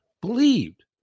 believed